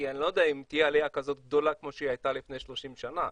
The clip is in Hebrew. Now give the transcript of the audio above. כי אני לא יודע אם תהיה עלייה כזאת גדולה כמו שהייתה לפני 30 שנה.